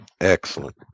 Excellent